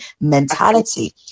mentality